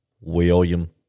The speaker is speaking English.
William